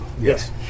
Yes